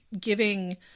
giving